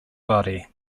body